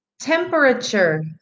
temperature